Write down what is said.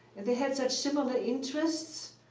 and they had such similar interests.